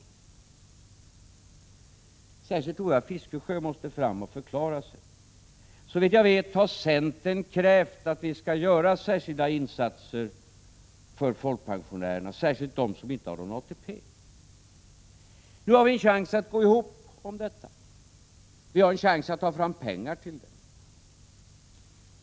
Jag tror att särskilt Fiskesjö måste fram och förklara sig. Såvitt jag vet har centern krävt att vi skall göra särskilda insatser för folkpensionärerna, och i synnerhet för dem som inte har någon ATP. Nu har vi en chans att gå ihop om detta. Vi har en chans att ta fram pengar till det.